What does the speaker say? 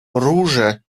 róże